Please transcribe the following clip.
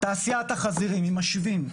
תעשיית החזירים אם משווים,